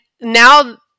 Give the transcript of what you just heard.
now